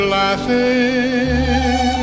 laughing